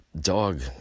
dog